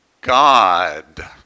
god